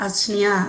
אז שניה,